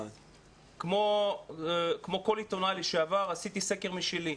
כמו כל עיתונאי לשעבר עשיתי סקר משלי.